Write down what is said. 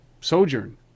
Sojourn